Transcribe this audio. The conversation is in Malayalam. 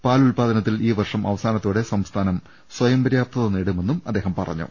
പാലുല്പാദനത്തിൽ ഈ വർഷം അവസാനത്തോടെ സംസ്ഥാനം സ്വയം പര്യാപ്തത നേടുമെന്നും അദ്ദേഹം പറഞ്ഞു